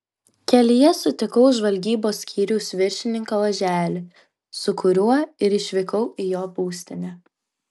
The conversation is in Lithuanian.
kelyje sutikau žvalgybos skyriaus viršininką oželį su kuriuo ir išvykau į jo būstinę